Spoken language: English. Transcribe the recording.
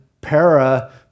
para